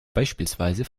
beispielsweise